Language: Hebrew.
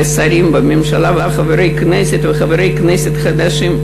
ושרים בממשלה, וחברי כנסת וחברי כנסת חדשים,